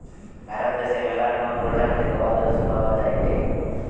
ভারত দ্যাশে ম্যালা রকমের প্রজাতির গবাদি পশু পাওয়া যায়টে